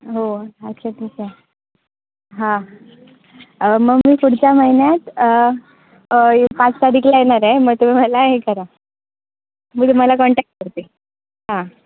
हो अच्छा ठीक आहे हां मग मी पुढच्या महिन्यात पाच तारीखला येणार आहे मग तुम्ही मला हे करा मी तुम्हाला कॉन्टॅक्ट करते हां